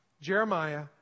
Jeremiah